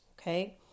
Okay